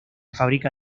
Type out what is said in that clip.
fábrica